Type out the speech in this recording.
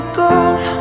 gold